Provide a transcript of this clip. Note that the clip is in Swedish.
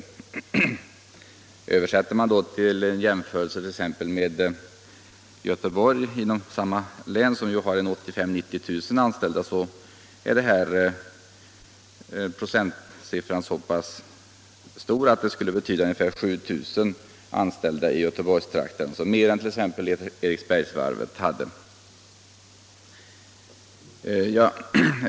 Gör man en jämförelse med Göteborg inom samma län, som ju har 85 000-90 000 industrianställda, finner man att procentsiffran motsvarar ungefär 7 000 anställda i Göteborgstrakten —- alltså mer än t.ex. Eriksbergs varv hade.